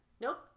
Nope